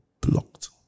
Blocked